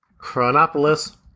Chronopolis